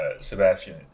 Sebastian